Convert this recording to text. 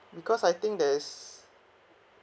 because I think there's